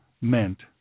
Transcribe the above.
meant